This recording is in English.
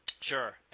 Sure